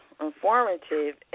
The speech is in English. informative